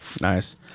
Nice